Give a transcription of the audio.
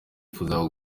yifuzaga